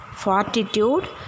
Fortitude